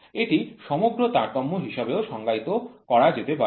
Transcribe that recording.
এটি সমগ্র তারতম্য হিসাবেও সংজ্ঞায়িত ও করা যেতে পারে